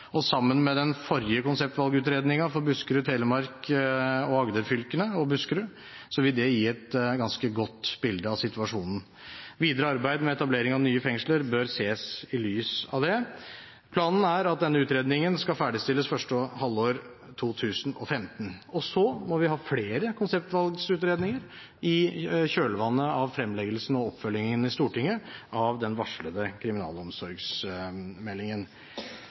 og sammen med den forrige konseptvalgutredningen for Buskerud, Telemark og Agder-fylkene vil det gi et ganske godt bilde av situasjonen. Videre arbeid med etablering av nye fengsler bør ses i lys av det. Planen er at denne utredningen skal ferdigstilles første halvår 2015. Så må vi ha flere konseptvalgutredninger i kjølvannet av fremleggelsen og oppfølgingen i Stortinget av den varslede kriminalomsorgsmeldingen.